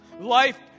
Life